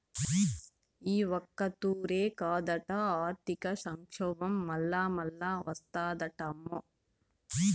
ఈ ఒక్కతూరే కాదట, ఆర్థిక సంక్షోబం మల్లామల్లా ఓస్తాదటమ్మో